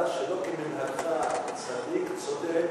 אתה, שלא כמנהגך, צדיק, צודק,